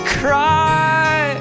cry